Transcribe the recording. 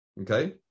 Okay